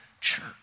church